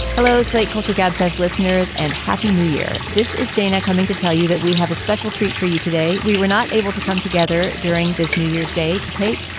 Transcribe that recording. hello, slate culture gabfest listeners and happy new year. this is dana coming to tell you that we have a special treat for you today. we were not able to come together during this new year's day to tape,